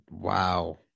wow